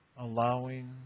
allowing